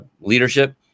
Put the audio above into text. leadership